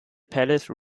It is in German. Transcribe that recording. palace